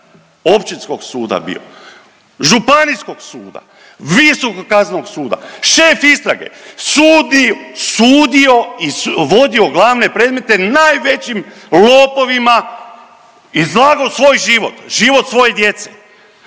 općinskog suda bio, županijskog suda, visokog kaznenog suda, šef istrage, sudi, sudio i vodio glavne predmete najvećim lopovima i izlagao svoj život, život svoje djece,